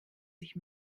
sich